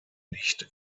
nicht